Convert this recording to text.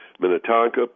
Minnetonka